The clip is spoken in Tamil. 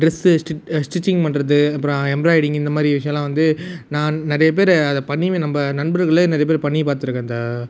ட்ரெஸ்ஸு ஸ்டிச் ஸ்டிச்சிங் பண்ணுறது அப்புறம் எம்ப்ராய்ட்ரிங் இந்தமாதிரி விஷயம்லாம் வந்து நான் நிறைய பேர் அதை பண்ணியுமே நம்ப நண்பர்களே நிறைய பேர் பண்ணியும் பார்த்துருக்கேன் இந்த